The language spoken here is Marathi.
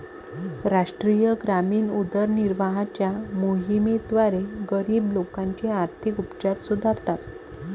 राष्ट्रीय ग्रामीण उदरनिर्वाहाच्या मोहिमेद्वारे, गरीब लोकांचे आर्थिक उपचार सुधारतात